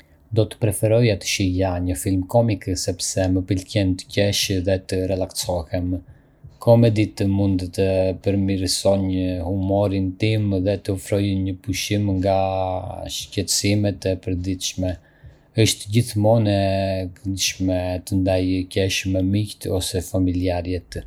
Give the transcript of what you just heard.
Do të preferoja të shihja një film komik sepse më pëlqen të qesh dhe të relaksohem. Komeditë mund të përmirësojnë humorin tim dhe të ofrojnë një pushim nga shqetësimet e përditshme. Është gjithmonë e këndshme të ndaj qeshje me miqtë ose familjarët.